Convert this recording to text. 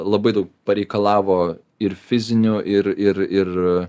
labai daug pareikalavo ir fizinių ir ir ir